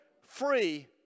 free